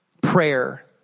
prayer